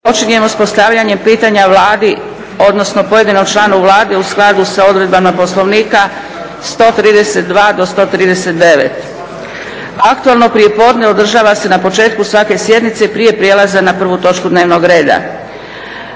počinjemo s postavljanjem pitanja Vladi, odnosno pojedinom članu u skladu s odredbama Poslovnika 132. do 139. Aktualno prijepodne održava se na početku svake sjednice i prije prijelaza na prvu točku dnevnog reda.